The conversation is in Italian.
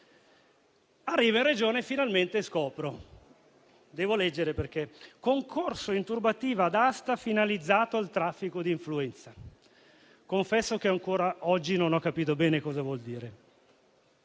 governo regionale e finalmente scopro il capo di imputazione: concorso in turbativa d'asta finalizzato al traffico di influenza. Confesso che, ancora oggi, non ho capito bene cosa vuol dire.